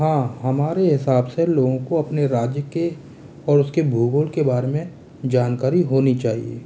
हाँ हमारे हिसाब से लोगों को अपने राज्य के और उसके भूगोल के बारे में जानकारी होनी चाहिए